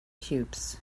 cubes